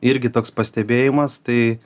irgi toks pastebėjimas tai